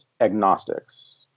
agnostics